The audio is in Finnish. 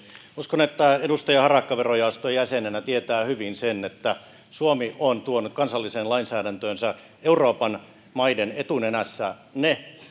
uskon että edustaja harakka verojaoston jäsenenä tietää hyvin sen että suomi on tuonut kansalliseen lainsäädäntöönsä euroopan maiden etunenässä ne